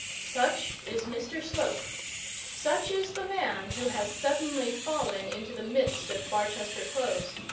such is mr slope such is the man who has suddenly fallen into the midst of barchester close,